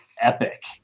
epic